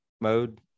mode